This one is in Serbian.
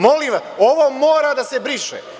Molim vas, ovo mora da se briše.